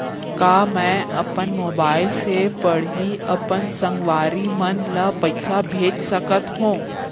का मैं अपन मोबाइल से पड़ही अपन संगवारी मन ल पइसा भेज सकत हो?